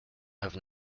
have